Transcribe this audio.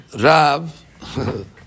Rav